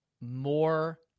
more